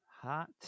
Hot